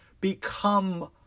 become